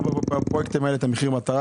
לגבי הרווחים של החברות,